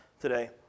today